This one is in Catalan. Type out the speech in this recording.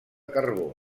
carbó